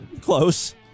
Close